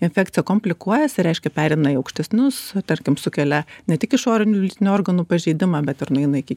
infekcija komplikuojasi reiškia pereina į aukštesnius tarkim sukelia ne tik išorinių lytinių organų pažeidimą bet ir nueina iki